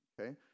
okay